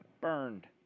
burned